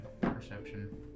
perception